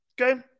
Okay